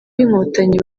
b’inkotanyi